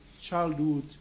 childhood